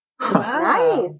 Nice